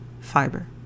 fiber